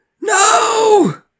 No